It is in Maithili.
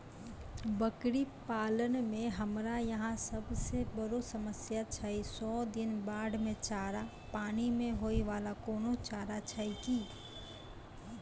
बकरी पालन मे हमरा यहाँ सब से बड़ो समस्या छै सौ दिन बाढ़ मे चारा, पानी मे होय वाला कोनो चारा छै कि?